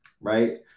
right